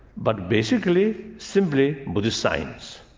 but basically, simply, buddhist science.